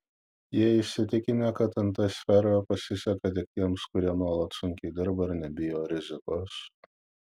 jie įsitikinę kad nt sferoje pasiseka tik tiems kurie nuolat sunkiai dirba ir nebijo rizikos